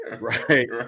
right